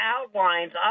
outlines